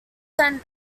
sent